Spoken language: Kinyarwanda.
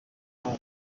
babo